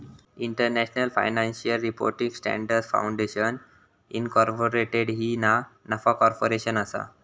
international financial reporting standards foundation incorporated ही ना नफा कॉर्पोरेशन असा